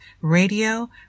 radio